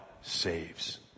saves